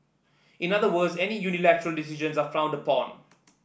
in other words any unilateral decisions are frowned upon